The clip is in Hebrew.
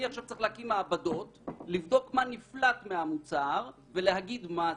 אני עכשיו צריך להקים מעבדות ולבדוק מה נפלט מהמוצר ולהגיד מה זה.